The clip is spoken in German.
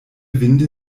winde